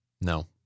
No